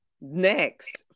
next